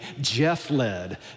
Jeff-led